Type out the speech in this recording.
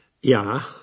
Ja